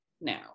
now